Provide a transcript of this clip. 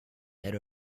head